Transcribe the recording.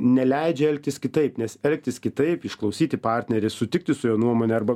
neleidžia elgtis kitaip nes elgtis kitaip išklausyti partnerį sutikti su jo nuomone arba